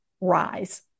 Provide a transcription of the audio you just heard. rise